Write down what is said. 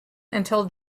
until